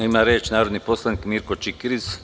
Ima reč narodni poslanik Mirko Čikiriz.